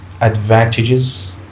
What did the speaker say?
advantages